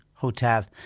hotel